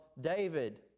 David